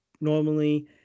normally